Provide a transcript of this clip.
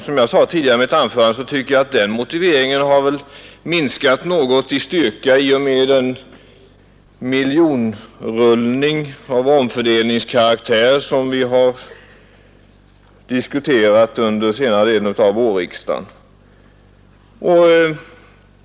Som jag sade tidigare tycker jag också att den motiveringen har minskat i styrka i och med den miljonrullning av omfördelningskaraktär som vi har diskuterat under senare delen av vårriksdagen.